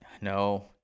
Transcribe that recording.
No